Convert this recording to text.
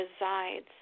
resides